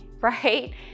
right